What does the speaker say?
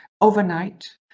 overnight